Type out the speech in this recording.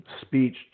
speech